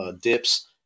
dips